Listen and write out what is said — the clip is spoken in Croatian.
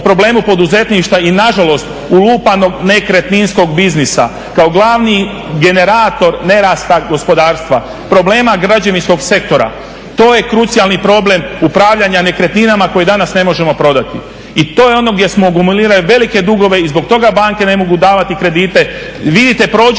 problemu poduzetništva i nažalost ulupanog nekretninskog biznisa kao glavni generator nerasta gospodarstva, problema građevinskog sektora, to je krucijalni problem upravljanja nekretninama koje danas ne možemo prodati. I to je ono gdje smo …/Govornik se ne razumije./… velike dugove i zbog toga banke ne mogu davati kredite. Vidite, prođite